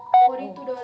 oh